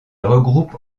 regroupe